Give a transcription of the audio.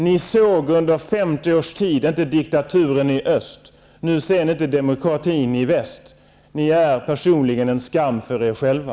Ni såg inte under 50 års tid diktaturen i öst, nu ser ni inte demokratin i väst. Ni är personligen en skam för er själva.